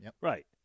Right